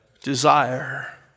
Desire